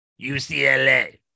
UCLA